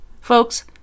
Folks